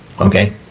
okay